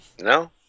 No